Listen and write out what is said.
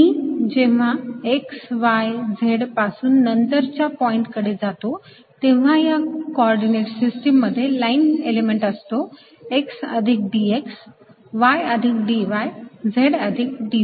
मी जेव्हा x y z पासून नंतरच्या पॉईंट कडे जातो तेव्हा या कॉर्डीनेट सिस्टीम मध्ये लाईन एलिमेंट असतो x अधिक dx y अधिक dy z अधिक dz